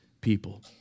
people